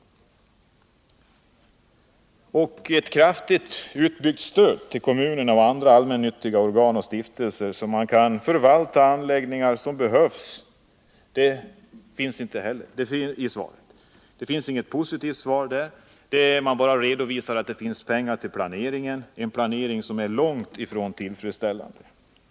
På min fråga om ett kraftigt utbyggt stöd till kommunerna och andra allmännyttiga organ och stiftelser, så att dessa kan organisera och förvalta de anläggningar som behövs, får jag inte heller något positivt svar. Det bara redovisas att det finns pengar till planeringen, en planering som är långt ifrån tillfredsställande.